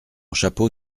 chapeau